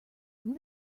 ring